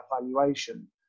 valuation